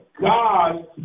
God